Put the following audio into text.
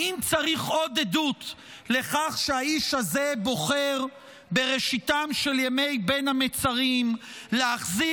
האם צריך עוד עדות לכך שהאיש הזה בוחר בראשיתם של ימי בין המצרים להחזיר